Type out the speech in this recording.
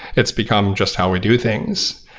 it's become just how we do things.